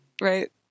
right